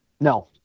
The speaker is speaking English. No